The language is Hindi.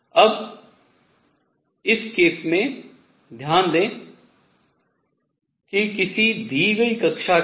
अब इस केस में ध्यान दें कि किसी दी गई कक्षा के लिए